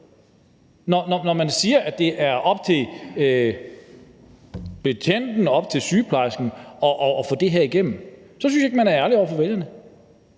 Når man siger, at det er op til betjenten og op til sygeplejersken at få det her igennem, så synes jeg ikke, man er ærlig over for vælgerne.